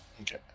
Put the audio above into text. Okay